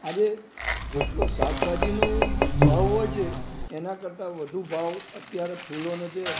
આજે જેટલો શાકભાજીનો ભાવ હોય છે એના કરતાં વધુ ભાવ અત્યારે ફૂલોને છે